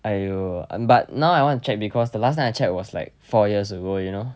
!aiyo! I'm but now I want to check because the last time I checked was like four years ago you know